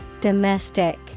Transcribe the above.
Domestic